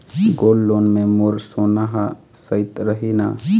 Gold loan मे मोर सोना हा सइत रही न?